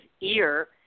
ear